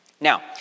Now